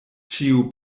ĉiu